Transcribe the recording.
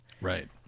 Right